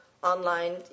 Online